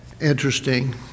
Interesting